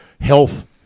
health